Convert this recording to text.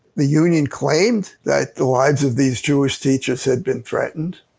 the union claimed that the lives of these jewish teachers had been threatened.